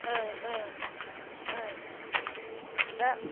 दा